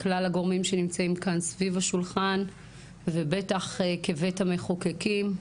כלל הגורמים שנמצאים כאן סביב השולחן ובטח כבית המחוקקים,